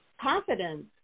confidence